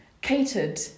catered